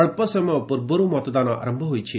ଅଳ୍ପ ସମୟ ପୂର୍ବରୁ ମତଦାନ ଆରମ୍ଭ ହୋଇଛି